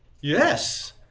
Yes